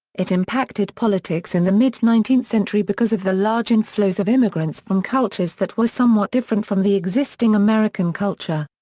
it impacted politics in the mid nineteenth century because of the large inflows of immigrants from cultures that were somewhat different from the existing american culture.